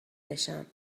بشم